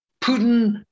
Putin